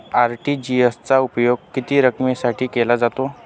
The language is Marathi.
आर.टी.जी.एस चा उपयोग किती रकमेसाठी केला जातो?